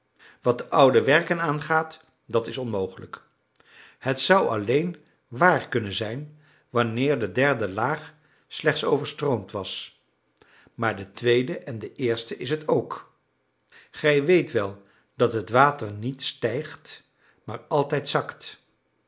wat de oude werken aangaat dat is onmogelijk het zou alleen waar kunnen zijn wanneer de derde laag slechts overstroomd was maar de tweede en de eerste is het ook gij weet wel dat het water niet stijgt maar altijd zakt